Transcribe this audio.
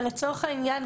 אבל לצורך העניין,